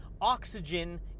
oxygen